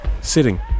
sitting